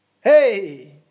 Hey